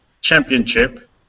Championship